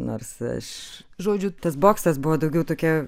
nors aš žodžiu tas boksas buvo daugiau tokia